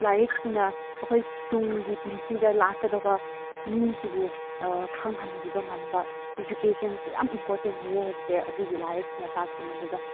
ꯂꯥꯏꯔꯤꯛꯁꯤꯅ ꯑꯩꯈꯣꯏ ꯇꯨꯡꯒꯤ ꯄꯨꯟꯁꯤꯗ ꯂꯥꯛꯀꯗꯧꯕ ꯃꯤꯁꯤꯕꯨ ꯈꯪꯍꯟꯕꯤꯕ ꯉꯝꯕ ꯏꯖꯨꯀꯦꯁꯟꯁꯦ ꯌꯥꯝ ꯏꯝꯄꯣꯔꯇꯦꯟ ꯑꯣꯏꯌꯦ ꯍꯥꯏꯕꯁꯦ ꯑꯗꯨꯒꯤ ꯂꯥꯏꯔꯤꯛꯁꯤꯅ ꯇꯥꯛꯄꯅꯦ ꯑꯗꯨꯒ